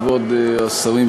כבוד השרים,